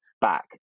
back